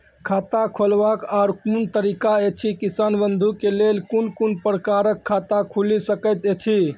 खाता खोलवाक आर कूनू तरीका ऐछि, किसान बंधु के लेल कून कून प्रकारक खाता खूलि सकैत ऐछि?